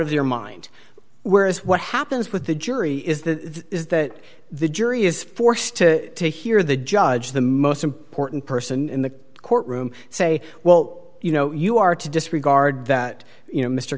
of your mind whereas what happens with the jury is that is that the jury is forced to hear the judge the most important person in the courtroom say well you know you are to disregard that you know mr